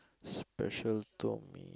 special to me